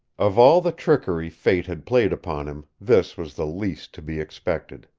of all the trickery fate had played upon him this was the least to be expected.